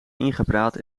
ingepraat